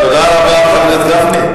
תודה רבה, חבר הכנסת גפני.